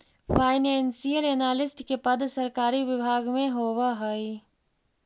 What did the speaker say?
financial analyst के पद सरकारी विभाग में होवऽ हइ